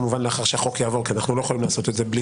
כמובן לאחר שהחוק יעבור כי אנחנו לא יכולים לעשות את זה בלי